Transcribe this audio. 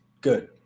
good